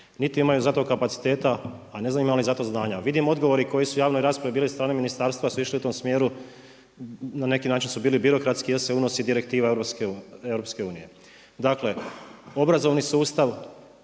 niti imaju za to kapaciteta, a ne znam ima li za to znanja. Vidim odgovori koji su javnoj raspravi bili od strane ministarstva su išli u tom smjeru, na neki način su bili birokratski, jer se unosi Direktivna EU. Obrazovni sustav